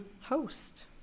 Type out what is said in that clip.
host